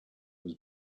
was